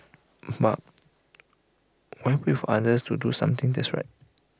but why wait for others to do something that's right